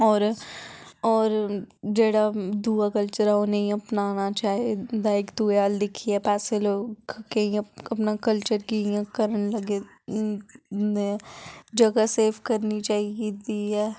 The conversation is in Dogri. होर होर जेह्ड़ा दूआ कल्चर ऐ ओह् नेईं अपनाना चाहिदा इक्क दुए अल्ल दिक्खियै बस लोग केईं अपने कल्चर गी इ'यां करन लग्गे न जगह सेफ करनी चाहिदी ऐ